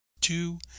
Two